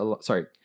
Sorry